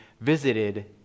visited